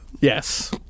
Yes